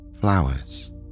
flowers